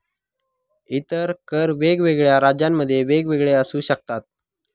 इतर कर वेगवेगळ्या राज्यांमध्ये वेगवेगळे असू शकतात